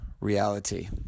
reality